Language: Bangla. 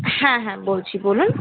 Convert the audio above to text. হ্যাঁ হ্যাঁ বলছি বলুন